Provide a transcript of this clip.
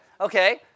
Okay